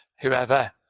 whoever